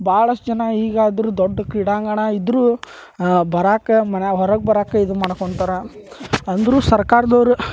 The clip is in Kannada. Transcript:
ಭಾಳಷ್ಟು ಜನ ಈಗಾದರು ದೊಡ್ಡ ಕ್ರೀಡಾಂಗಣ ಇದ್ದರೂ ಬರಾಕ ಮನ್ಯಾಗ ಹೊರಗೆ ಬರಾಕ ಇದು ಮಾಡ್ಕೊಂತಾರ ಅಂದರು ಸರ್ಕಾರ್ದವ್ರು